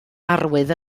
arwydd